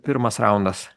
pirmas raundas